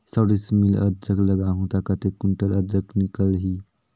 सौ डिसमिल अदरक लगाहूं ता कतेक कुंटल अदरक निकल ही?